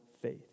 faith